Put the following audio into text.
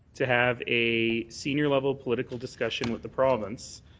to have a senior level political discussion with the province,